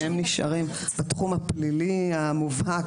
שהם נשארים בתחום הפלילי המובהק,